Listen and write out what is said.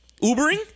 Ubering